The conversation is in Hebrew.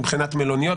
מבחינת מלוניות,